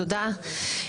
תודה,